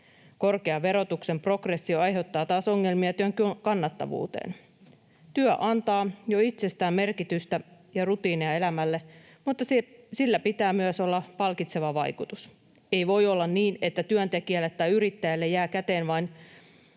Korkea verotuksen progressio aiheuttaa taas ongelmia työnteon kannattavuuteen. Työ antaa jo itsestään merkitystä ja rutiineja elämälle, mutta sillä pitää myös olla palkitseva vaikutus. Ei voi olla niin, ettei työntekijälle tai yrittäjälle jää käteen